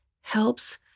helps